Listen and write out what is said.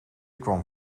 kwam